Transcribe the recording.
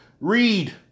read